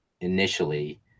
initially